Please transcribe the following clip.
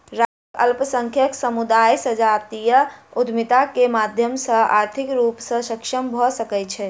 राष्ट्रक अल्पसंख्यक समुदाय संजातीय उद्यमिता के माध्यम सॅ आर्थिक रूप सॅ सक्षम भ सकै छै